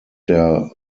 der